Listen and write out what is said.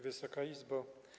Wysoka Izbo!